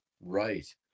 Right